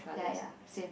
ya ya same